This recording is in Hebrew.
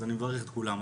אז אני מברך את כולם.